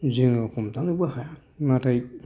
जों हमथानोबो हाया नाथाय